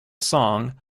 song